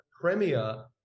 premier